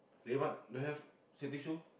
they what don't have safety shoe